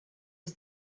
was